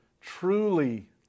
truly